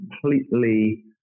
completely